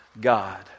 God